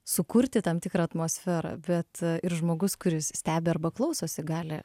sukurti tam tikrą atmosferą bet ir žmogus kuris stebi arba klausosi gali